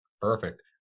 perfect